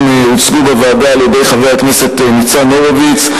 הוצגו בוועדה על-ידי חבר הכנסת ניצן הורוביץ,